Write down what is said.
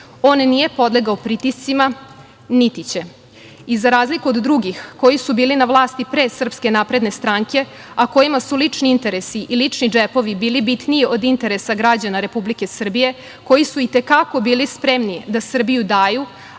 nije podlegao pritiscima niti će, i za razliku od drugih, koji su bili na vlasti pre SNS, a kojima su lični interesi i lični džepovi bili bitniji od interesa građana Republike Srbije, koji su i te kako bili spremni da Srbiju daju,